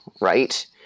right